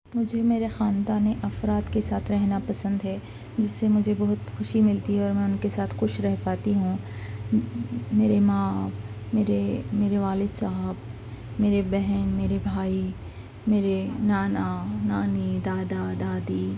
مجھے میرے خاندانی افراد کے ساتھ رہنا پسند ہے جس سے مجھے بہت خوشی ملتی ہے میں اُن کے ساتھ خوش رہ پاتی ہوں میرے ماں میرے میرے والد صاحب میرے بہن میرے بھائی میرے نانا نانی دادا دادی